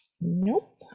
Nope